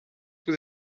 with